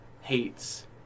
hates